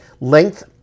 length